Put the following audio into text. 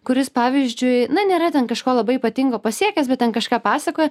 kuris pavyzdžiui na nėra ten kažko labai ypatingo pasiekęs bet ten kažką pasakoja